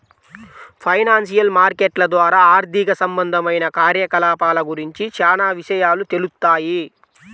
financial మార్కెట్ల ద్వారా ఆర్థిక సంబంధమైన కార్యకలాపాల గురించి చానా విషయాలు తెలుత్తాయి